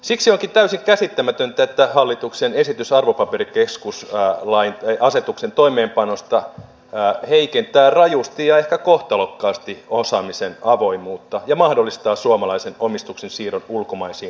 siksi onkin täysin käsittämätöntä että hallituksen esitys arvopaperikeskusasetuksen toimeenpanosta heikentää rajusti ja ehkä kohtalokkaasti osaamisen avoimuutta ja mahdollistaa suomalaisen omistuksen siirron ulkomaisiin hallintarekistereihin